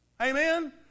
Amen